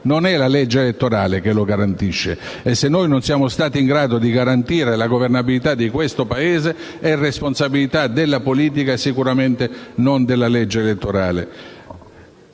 non la legge elettorale, che garantisce la governabilità. Se non siamo stati in grado di garantire la governabilità di questo Paese è responsabilità della politica e sicuramente non della legge elettorale.